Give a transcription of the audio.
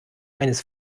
eines